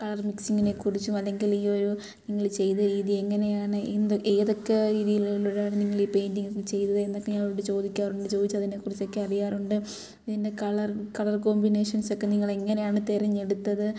colour മിക്സിങ്ങിനെ കുറിച്ചും അല്ലെങ്കിൽ ഈ ഒരു നിങ്ങൾ ചെയ്ത രീതി എങ്ങനെയാണ് എന്ത് ഏതൊക്കെ രീതിയിലൂടെയാണ് നിങ്ങളീ പെയിൻറ്റിങ് ചെയ്തതെന്നൊക്കെ ഞാനവരോട് ചോദിക്കാറുണ്ട് ചോദിച്ച് അതിനെക്കുറിച്ചൊക്കെ അറിയാറുണ്ട് പിന്നെ കളർ കളർ കോമ്പിനേഷൻസ് ഒക്കെ നിങ്ങളെങ്ങനെയാണ് തിരഞ്ഞെടുത്തത്